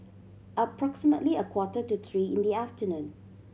approximately a quarter to three in the afternoon